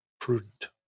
Prudent